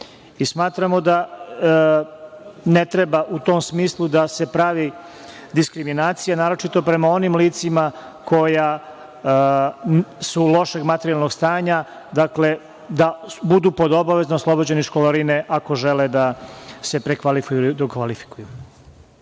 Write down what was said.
Smatramo da ne treba u tom smislu da se pravi diskriminacija, naročito prema onim licima koja su loša materijalnog stanja. Dakle, da budu pod obavezno oslobođeni školarine ako žele da se prekvalifikuju